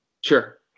sure